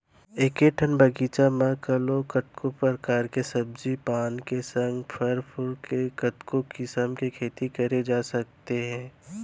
एके ठन बगीचा म घलौ कतको परकार के सब्जी पान के संग फर फूल के कतको किसम के खेती करे जा सकत हे